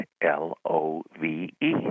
L-O-V-E